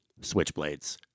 Switchblades